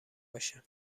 باشه